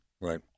Right